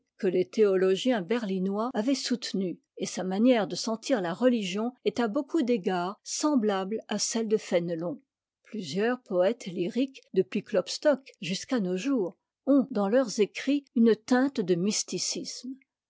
que les théologiens berlinois avaient soutenu et sa manière de sentir la religion est à beaucoup d'égards semblable à celle de fénélon plusieurs poëtes lyriques depuis klopstock jusqu'à nos jours ont dans leurs écrits une teinte de mysticisme